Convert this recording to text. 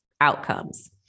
outcomes